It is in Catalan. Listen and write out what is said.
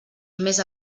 més